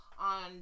on